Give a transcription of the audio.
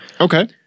Okay